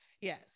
yes